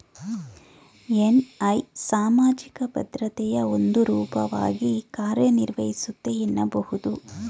NI ಸಾಮಾಜಿಕ ಭದ್ರತೆಯ ಒಂದು ರೂಪವಾಗಿ ಕಾರ್ಯನಿರ್ವಹಿಸುತ್ತೆ ಎನ್ನಬಹುದು